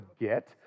get